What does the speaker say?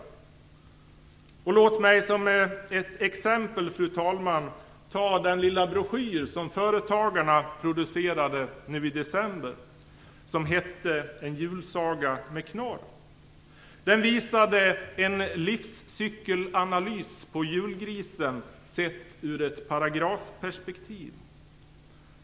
Låt mig, fru talman, som ett exempel ta den lilla broschyr som företagarna producerade i december förra året. Den heter En julsaga med knorr. Den visar en livscykelanalys på julgrisen, sett ur ett paragrafperspektiv.